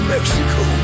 Mexico